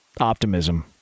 Optimism